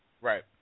Right